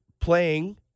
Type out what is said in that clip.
playing